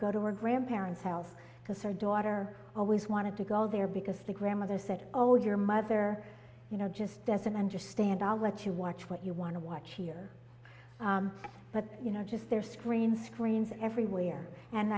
go to her grandparents self because her daughter always wanted to go there because the grandmother said oh your mother you know just doesn't understand i'll let you watch what you want to watch here but you know just there screen screens everywhere and